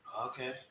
Okay